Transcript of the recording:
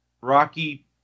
Rocky